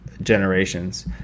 generations